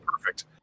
perfect